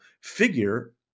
figure